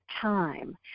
time